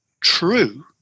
true